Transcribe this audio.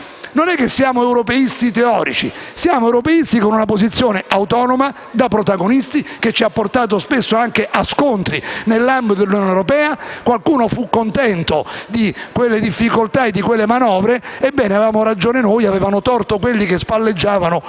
non è che siamo europeisti teorici, ma siamo europeisti con una posizione autonoma, da protagonisti, che ci ha portato spesso anche a scontri nell'ambito dell'Unione europea. Qualcuno fu contento di quelle difficoltà e di quelle manovre? Ebbene, avevamo ragione noi ed avevano torto quelli che spalleggiavano